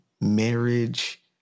marriage